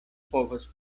povas